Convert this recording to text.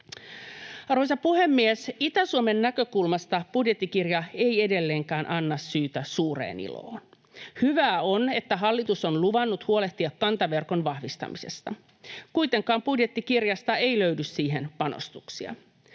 Arvoisa puhemies! Itä-Suomen näkökulmasta budjettikirja ei edelleenkään anna syytä suureen iloon. Hyvä on, että hallitus on luvannut huolehtia kantaverkon vahvistamisesta — kuitenkaan budjettikirjasta ei löydy siihen panostuksia.